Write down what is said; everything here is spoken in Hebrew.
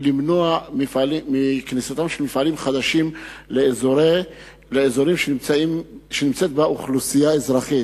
למנוע כניסת מפעלים חדשים לאזורים שנמצאת בהם אוכלוסייה אזרחית.